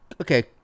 okay